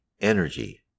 energy